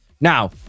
Now